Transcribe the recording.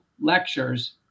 lectures